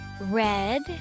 red